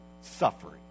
suffering